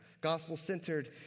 gospel-centered